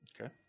Okay